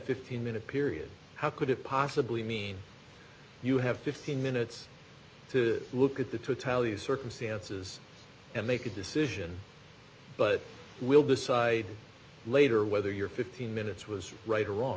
fifteen minute period how could it possibly mean you have fifteen minutes to look at the totality of circumstances and make a decision but we'll decide later whether your fifteen minutes was right or wrong